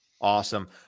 awesome